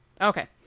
Okay